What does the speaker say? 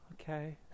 okay